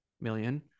million